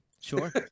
Sure